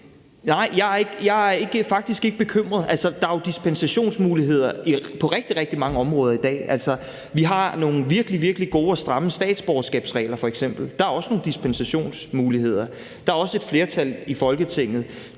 Nej, jeg er faktisk ikke bekymret. Der er jo dispensationsmuligheder på rigtig, rigtig mange områder i dag. Altså, vi har f.eks. nogle virkelig, virkelig gode og stramme statsborgerskabsregler, og der er også nogle dispensationsmuligheder. Der er også et flertal i Folketinget,